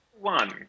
One